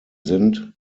sind